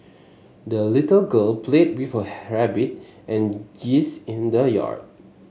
the little girl played with her rabbit and geese in the yard